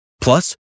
Plus